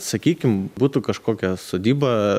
sakykim būtų kažkokia sodyba